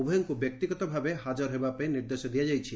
ଉଭୟଙ୍କୁ ବ୍ୟକ୍ତିଗତ ଭାବେ ହାଜର ହେବା ପାଇଁ ନିର୍ଦ୍ଦେଶ ଦିଆଯାଇଛି